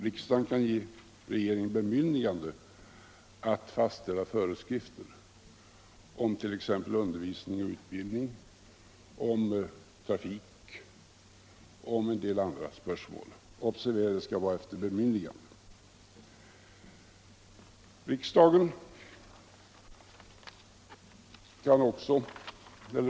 Riksdagen kan ge regeringen bemyndigande att fastställa föreskrifter om exempelvis undervisning och utbildning, om trafik och om en del andra spörsmål — observera att det krävs bemyndigande.